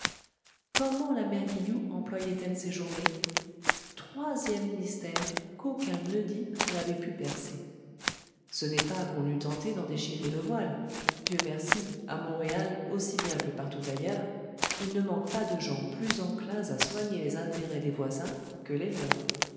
comment la mère guilloux employait elle ses journées troisième mystère qu'aucun oedipe n'avait pu percer ce n'est pas qu'on n'eût tenté d'en déchirer le voile dieu merci à montréal aussi bien que partout ailleurs il ne manque pas de gens plus enclins à soigner les intérêts des voisins que les leurs